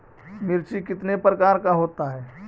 मिर्ची कितने प्रकार का होता है?